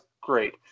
great